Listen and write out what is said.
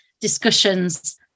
discussions